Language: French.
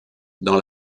dans